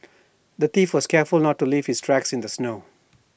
the thief was careful to not leave his tracks in the snow